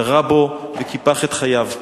ירה בו וקיפח את חייו.